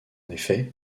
effet